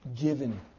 given